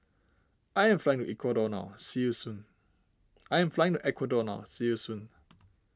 I am flying Ecuador now see you soon I am flying Ecuador now see you soon